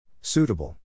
Suitable